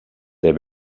der